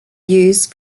use